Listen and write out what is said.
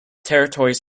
territories